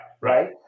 right